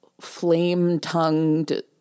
flame-tongued